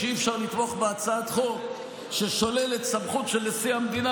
שאי-אפשר לתמוך בהצעת חוק ששוללת סמכות של נשיא המדינה,